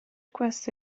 questo